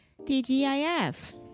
TGIF